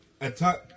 attack